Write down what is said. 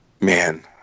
Man